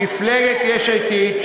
מפלגת יש עתיד,